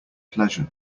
pleasure